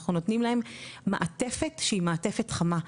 אנחנו נותנים להם מעטפת שהיא מעטפת חמה,